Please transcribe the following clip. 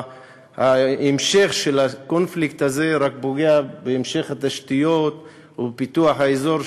ההמשך של הקונפליקט הזה רק פוגע בהמשך פיתוח התשתיות ופיתוח האזור,